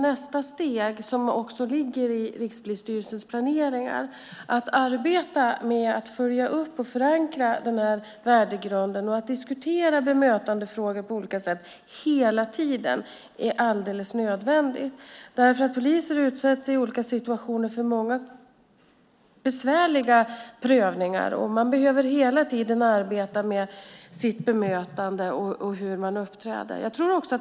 Nästa steg i Rikspolisstyrelsens planering är att arbeta med att följa upp och förankra värdegrunden och att diskutera bemötandefrågor på olika sätt hela tiden. Det är alldeles nödvändigt, därför att poliser utsätts i olika situationer för många besvärliga prövningar och behöver hela tiden arbeta med sitt bemötande och sitt uppträdande.